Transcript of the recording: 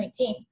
2019